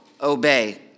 obey